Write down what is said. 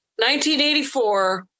1984